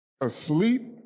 asleep